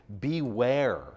Beware